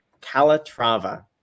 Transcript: Calatrava